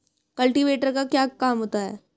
Cultivator का क्या काम होता है?